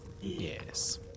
Yes